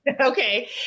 Okay